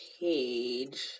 page